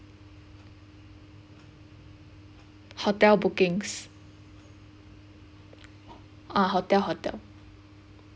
hotel bookings ah hotel hotel